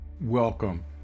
Welcome